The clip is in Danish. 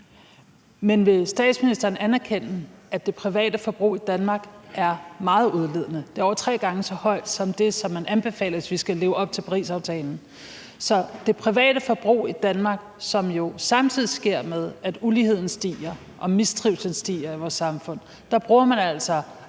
Men vil statsministeren anerkende, at det private forbrug i Danmark er meget udledende? Det er over tre gange så højt som det, man anbefaler, hvis vi skal leve op til Parisaftalen. Så på trods af det private forbrug i Danmark, og samtidig med at uligheden stiger og mistrivslen stiger i vores samfund, bruger man altså